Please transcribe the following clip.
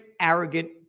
arrogant